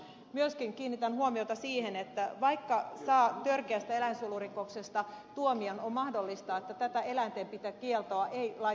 myöskin kiinnitän huomiota siihen että vaikka saa törkeästä eläinsuojelurikoksesta tuomion on mahdollista että tätä eläintenpitokieltoa ei laiteta toimeen